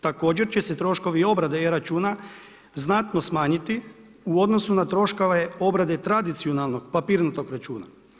Također će se troškovi obrade e-računa znatno smanjiti u odnosu na troškove obrade tradicionalnog papirnatog računa.